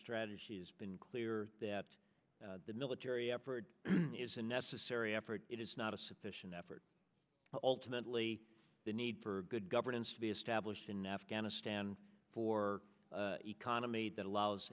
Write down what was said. strategy has been clear that the military effort is a necessary effort it is not a sufficient effort but ultimately the need for good governance to be established in afghanistan for the economy that allows